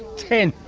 ten!